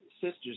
sister's